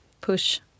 push